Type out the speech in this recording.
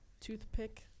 toothpick